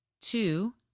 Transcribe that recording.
Two